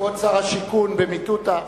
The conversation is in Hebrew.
כבוד שר השיכון, במטותא,